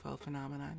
phenomenon